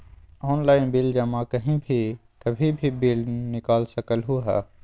Online bill जमा कहीं भी कभी भी बिल निकाल सकलहु ह?